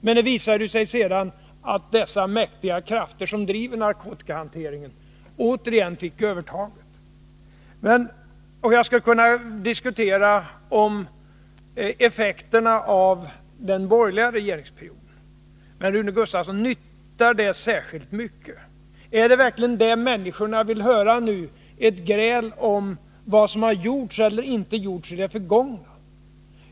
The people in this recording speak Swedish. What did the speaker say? Men det visade sig sedan att de mäktiga krafter som driver narkotikahanteringen återigen fick övertaget. Visst skulle jag kunna diskutera effekterna av den borgerliga regeringsperioden. Men, Rune Gustavsson, nyttar det särskilt mycket till? Är det verkligen detta människorna vill höra nu — ett gräl om vad som har gjorts eller inte gjorts i det förgångna?